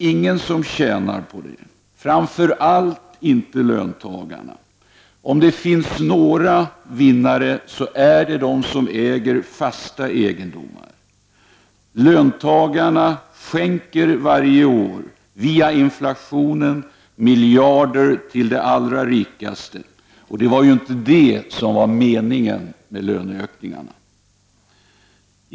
Ingen tjänar på den, framför allt inte löntagarna. Om det finns några vinnare så är det de som äger fast egendom. Löntagarna skänker varje år via inflationen miljarder till de allra rikaste, och det var inte meningen med löneökningarna.